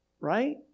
Right